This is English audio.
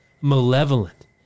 malevolent